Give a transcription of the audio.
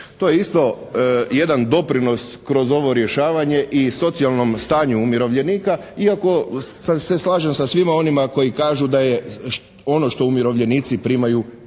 To je isto jedan doprinos kroz ovo rješavanje i socijalnom stanju umirovljenika, iako se slažem sa svima onima koji kažu da je ono što umirovljenici primaju